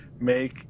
make